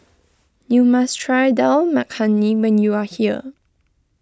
you must try Dal Makhani when you are here